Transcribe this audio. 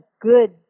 good